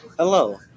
Hello